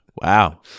Wow